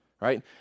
right